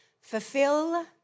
Fulfill